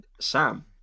Sam